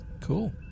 Cool